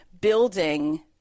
building